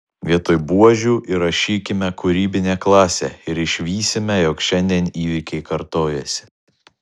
vietoj buožių įrašykime kūrybinė klasė ir išvysime jog šiandien įvykiai kartojasi